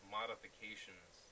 modifications